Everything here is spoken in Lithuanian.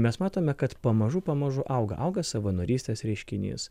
mes matome kad pamažu pamažu auga auga savanorystės reiškinys